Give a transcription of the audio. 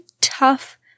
tough